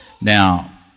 Now